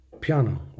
piano